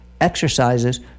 exercises